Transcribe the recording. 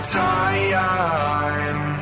time